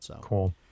Cool